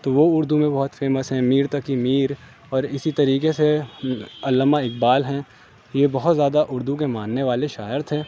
تو وہ اردو میں بہت فیمس ہیں میر تقی میر اور اسی طریقے سے علامہ اقبال ہیں یہ بہت زیادہ اردو کے ماننے والے شاعر تھے